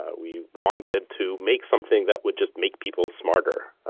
we wanted to make something that would just make people smarter,